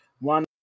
One